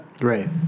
Right